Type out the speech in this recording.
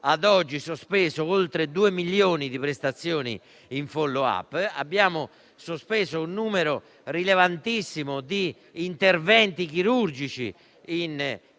Ad oggi abbiamo sospeso oltre 2 milioni di prestazioni in *follow-up*; abbiamo sospeso un numero rilevantissimo di interventi chirurgici